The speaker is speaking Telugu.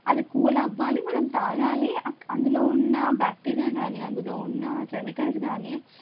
అది కూలవ్వాలి మనం తాగాలి అక్ అందులో ఉన్నా బ్యాక్టీరియా కానీ అందులో ఉన్నా కెమికల్స్ కానీ